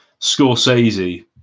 Scorsese